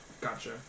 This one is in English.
Gotcha